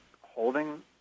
holding